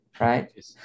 right